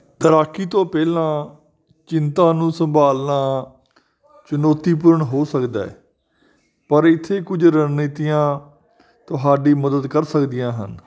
ਤੈਰਾਕੀ ਤੋਂ ਪਹਿਲਾਂ ਚਿੰਤਾ ਨੂੰ ਸੰਭਾਲਨਾ ਚੁਣੌਤੀਪੂਰਨ ਹੋ ਸਕਦਾ ਪਰ ਇੱਥੇ ਕੁਝ ਰਣਨੀਤੀਆਂ ਤੁਹਾਡੀ ਮਦਦ ਕਰ ਸਕਦੀਆਂ ਹਨ